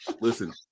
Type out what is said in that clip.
Listen